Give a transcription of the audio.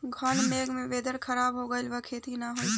घन मेघ से वेदर ख़राब हो गइल बा खेती न हो पाई